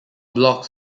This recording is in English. blocks